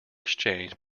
exchanged